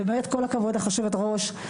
ובאמת כל הכבוד לך יושבת הראש,